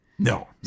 No